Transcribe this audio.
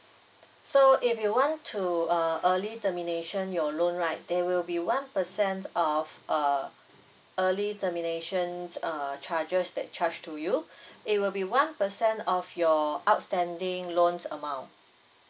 so if you want to uh early termination your loan right there will be one percent of uh early termination err charges that charge to you it will be one percent of your outstanding loan amount